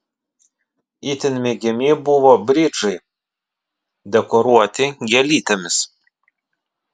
itin mėgiami buvo bridžai dekoruoti gėlytėmis